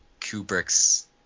Kubrick's